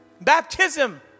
Baptism